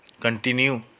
continue